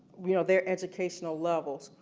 you know their educational levels,